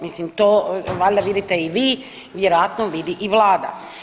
Mislim to valjda vidite i vi, vjerojatno vidi i vlada.